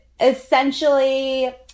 essentially